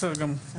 בסדר גמור.